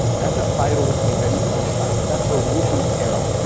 that's a fatal investment mistake. that's a rookie error.